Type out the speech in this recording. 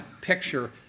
picture